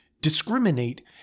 Discriminate